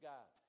God